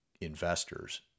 investors